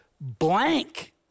blank